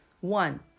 One